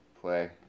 Play